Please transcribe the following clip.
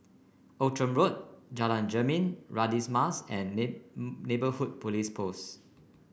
Outram Road Jalan Jermin Radin's Mas and Neighbourhood Police Post